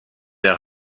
der